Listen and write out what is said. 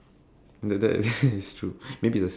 hmm hmm hmm hmm